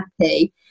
happy